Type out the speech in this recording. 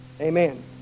Amen